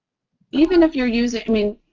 even if you're using, i mean,